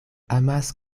amas